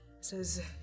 says